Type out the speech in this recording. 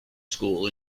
school